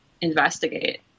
investigate